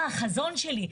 מה החזון שלי.